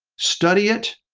study it,